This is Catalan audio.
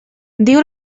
diu